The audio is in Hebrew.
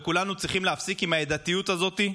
וכולנו צריכים להפסיק עם העדתיות הזאת,